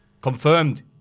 confirmed